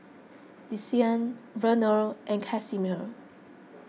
Desean Vernal and Casimir